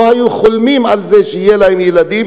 לא היו חולמות שיהיו להן ילדים,